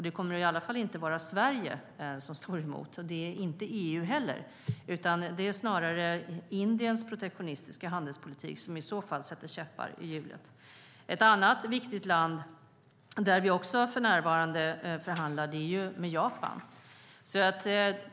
Det kommer i alla fall inte att vara Sverige eller EU som utgör hinder, utan det är snarare Indiens protektionistiska handelspolitik som sätter käppar i hjulet. Ett annat viktigt land som vi för närvarande förhandlar med är Japan.